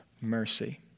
mercy